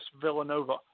Villanova